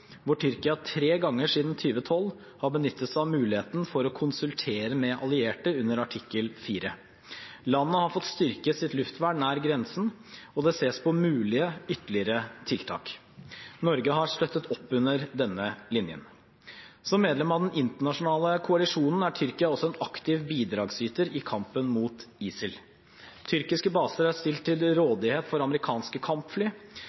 hvor Tyrkia tre ganger siden 2012 har benyttet seg av muligheten til å konsultere med allierte under artikkel 4. Landet har fått styrket sitt luftvern nær grensen, og det ses på mulige, ytterligere tiltak. Norge har støttet opp under den linjen. Som medlem av den internasjonale koalisjonen er Tyrkia også en aktiv bidragsyter i kampen mot ISIL. Tyrkiske baser er stilt til rådighet for amerikanske kampfly,